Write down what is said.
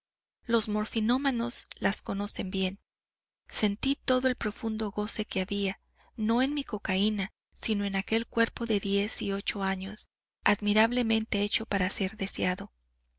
de defensa los morfinómanos las conocen bien sentí todo el profundo goce que había no en mi cocaína sino en aquel cuerpo de diez y ocho años admirablemente hecho para ser deseado